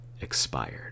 expired